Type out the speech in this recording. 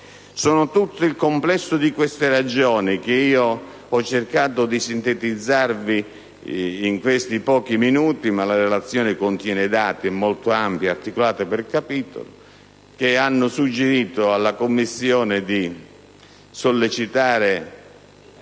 esteri. Il complesso di queste ragioni, che ho cercato di sintetizzare in questi pochi minuti - ma la relazione contiene dati, è molto ampia ed è articolata per capitoli - ha suggerito alla Commissione di sollecitare